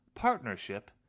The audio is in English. partnership